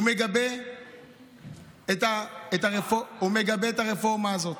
הוא מגבה את הרפורמה הזאת.